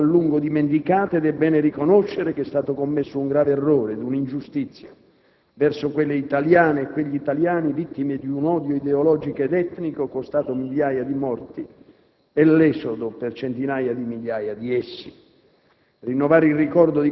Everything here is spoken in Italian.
Una tragedia troppo a lungo dimenticata ed è bene riconoscere che sono stati commessi un grave errore e una ingiustizia verso quelle italiane e quegli italiani vittime di un odio ideologico ed etnico costato migliaia di morti e l'esodo per centinaia di migliaia di essi.